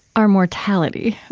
our mortality,